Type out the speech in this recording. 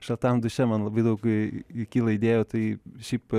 šaltam duše man labai daug kyla idėjų tai šiaip